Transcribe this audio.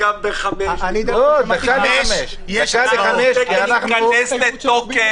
על פי כל הספרות המדעית והרפואית לסגר אין יעילות כנגד מגפה.